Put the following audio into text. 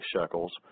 shekels